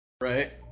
Right